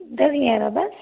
दस ग्यारह बस